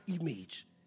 image